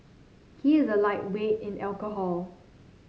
he is a lightweight in alcohol